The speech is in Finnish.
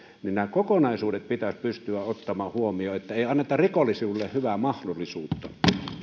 nämä kokonaisuudet pitäisi pystyä ottamaan huomioon että ei anneta rikollisuudelle hyvää mahdollisuutta